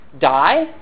die